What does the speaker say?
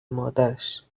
مادرش